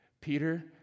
Peter